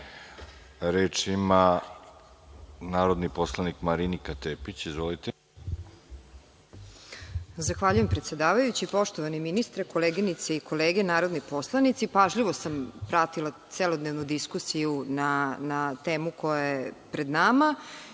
ima narodni poslanik Marinika Tepić. Izvolite. **Marinika Tepić** Zahvaljujem, predsedavajući. Poštovani ministre, koleginice i kolege narodni poslanici, pažljivo sam pratila celodnevnu diskusiju na temu koja je pred nama